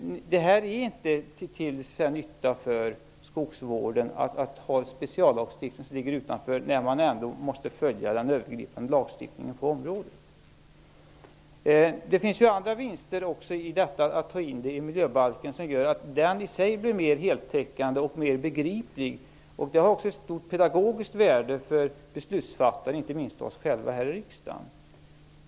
Det är inte till nytta för skogsvården att ha en speciallagstiftning som ligger utanför när man ändå måste följa den övergripande lagstiftningen på området. Det finns även andra vinster i att ta in detta i miljöbalken. Det gör att den i sig blir mer heltäckande och mer begriplig. Det har också ett stort pedagogiskt värde för beslutsfattare, inte minst för oss själv här i riksdagen.